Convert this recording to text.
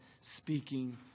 speaking